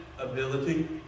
ability